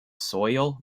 soil